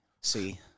See